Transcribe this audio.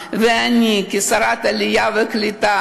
ואני כשרת העלייה והקליטה,